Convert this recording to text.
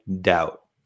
doubt